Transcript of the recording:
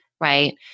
right